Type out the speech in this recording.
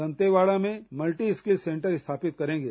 दन्तेवाड़ा में multiskill centre स्थापित करेंगे